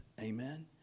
Amen